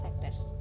factors